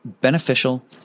beneficial